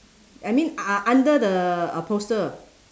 I mean u~ u~ under the uh poster